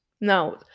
now